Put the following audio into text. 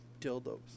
dildos